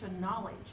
knowledge